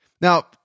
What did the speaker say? Now